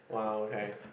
!wow! okay